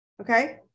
Okay